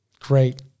great